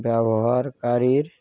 ব্যবহারকারীর